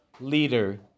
leader